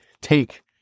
take